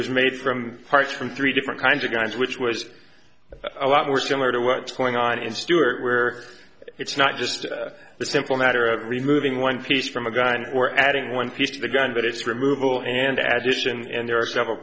was made from parts from three different kinds of guns which was a lot more similar to what's going on in stuart where it's not just a simple matter of removing one piece from a gun or adding one to the gun but it's removal and admission and there are several